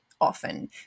often